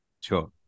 Sure